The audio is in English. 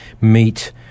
meet